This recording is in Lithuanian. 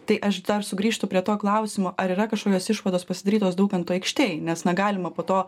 tai aš dar sugrįžtu prie to klausimo ar yra kažkokios išvados pasidarytos daukanto aikštėj nes negalima po to